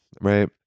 right